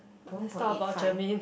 one point eight five